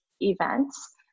events